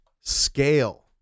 scale